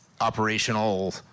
operational